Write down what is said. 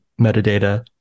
metadata